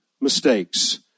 mistakes